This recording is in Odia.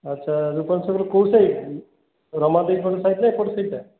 ଆଚ୍ଛା ରୁପାଲୀ ଛକରେ କେଉଁ ସାଇଡ଼୍ ରମାଦେବୀ ପାଖ ସାଇଡ଼୍ ନା ଏପଟ ସାଇଡ଼୍ଟା